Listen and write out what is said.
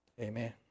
amen